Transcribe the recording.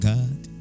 God